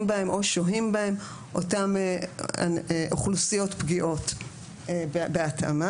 בהם או שוהים בהם אותן אוכלוסיות פגיעות בהתאמה.